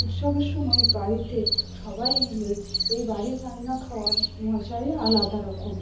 উৎসবের সময় বাড়িতে সবাই মিলে এই বাড়ির রান্না খাওয়ার মজাই আলাদা রকম